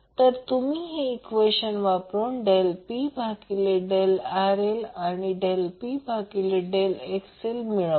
तर तुम्ही हे ईक्वेशन वापरून Del P भागिले Del RL आणि Del P भागिले Del XL मिळवा